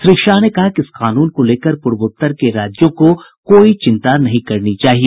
श्री शाह ने कहा कि इस कानून को लेकर पूर्वोत्तर के राज्यों को कोई चिंता नहीं करनी चाहिए